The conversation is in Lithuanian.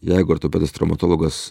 jeigu ortopedas traumatologas